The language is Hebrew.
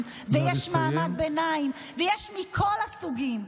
ויש מעמד הביניים ויש מכל הסוגים.